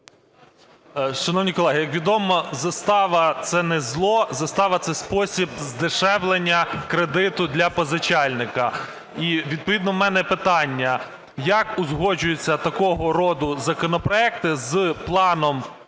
Шановні колеги, як відомо, застава – це не зло, застава – це спосіб здешевлення кредиту для позичальника. І відповідно у мене питання: як узгоджується такого роду законопроекти з планом